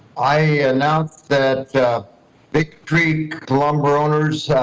i announce that victory lumber owners,